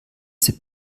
sie